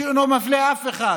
שאינו מפלה אף אחד,